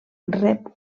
rep